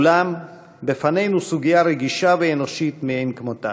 ואולם בפנינו סוגיה רגישה ואנושית מאין כמותה.